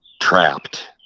trapped